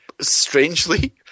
strangely